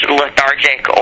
lethargic